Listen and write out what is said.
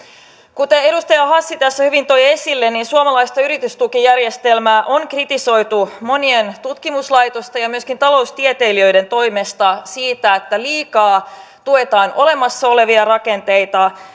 kuten edustaja hassi tässä hyvin toi esille suomalaista yritystukijärjestelmää on kritisoitu monien tutkimuslaitosten ja myöskin taloustieteilijöiden toimesta siitä että liikaa tuetaan olemassa olevia rakenteita